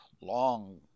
long